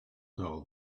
told